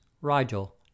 Rigel